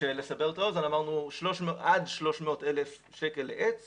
לסבר את האוזן, אמרנו עד 300,000 שקלים לעץ